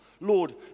Lord